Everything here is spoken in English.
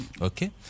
Okay